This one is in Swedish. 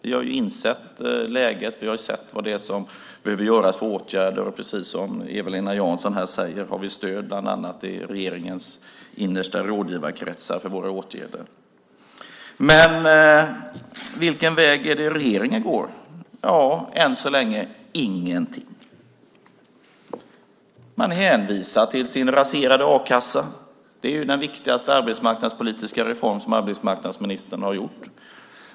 Vi har insett läget, och vi har sett vilka åtgärder som behöver vidtas. Precis som Eva-Lena Jansson säger har vi stöd bland annat i regeringens innersta rådgivarkretsar för våra åtgärder. Men vilken väg är det regeringen går? Ja, än så länge ingen. Man hänvisar till sin raserade a-kassa - det är den viktigaste arbetsmarknadspolitiska reform som arbetsmarknadsministern har gjort.